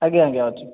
ଆଜ୍ଞା ଆଜ୍ଞା ଅଛି